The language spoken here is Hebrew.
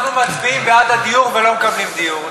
אנחנו מצביעים בעד הדיור ולא מקבלים דיור.